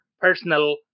personal